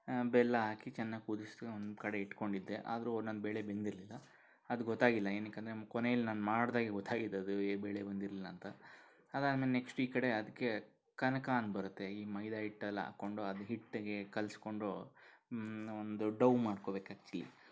ಬೆಲ್ಲ ಹಾಕಿ ಚೆನ್ನಾಗಿ ಕುದಿಸಿ ಒಂದ್ಕಡೆ ಇಟ್ಕೊಂಡಿದ್ದೆ ಆದ್ರೂ ಒಂದೊಂದು ಬೇಳೆ ಬೆಂದಿರಲಿಲ್ಲ ಅದು ಗೊತ್ತಾಗಿಲ್ಲ ಏತಕ್ಕೆ ಅಂದರೆ ಕೊನೆಯಲ್ಲಿ ನಾನು ಮಾಡಿದಾಗೆ ಗೊತ್ತಾಗಿದ್ದು ಅದು ಈ ಬೇಳೆ ಬೆಂದಿರಲಿಲ್ಲ ಅಂತ ಅದಾದಮೇಲೆ ನೆಕ್ಷ್ಟು ಈ ಕಡೆ ಅದಕ್ಕೆ ಕನಕ ಅಂತ ಬರುತ್ತೆ ಈ ಮೈದಾ ಹಿಟ್ಟೆಲ್ಲ ಹಾಕ್ಕೊಂಡು ಅದು ಹಿಟ್ಟಿಗೆ ಕಲಸ್ಕೊಂಡು ಒಂದು ಡೌ ಮಾಡ್ಕೊಬೇಕು ಆ್ಯಕ್ಚುಲಿ